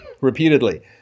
repeatedly